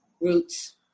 roots